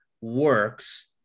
works